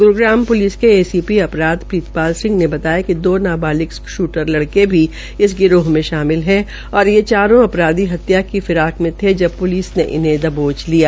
Gurugram police ने A C P अपराध प्रीतपाल सिह ने बताया कि दो नाबालिग श्टर लड़के भी इस गिरोह में शामिल है और ये चारों अपराधी हत्या की फिराक में थे जब प्लिस ने इन्हें दबोज लिया